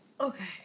Okay